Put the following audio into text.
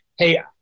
Hey